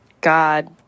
God